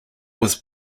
was